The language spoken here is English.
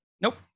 nope